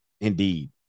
Indeed